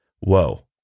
whoa